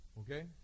Okay